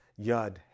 Yud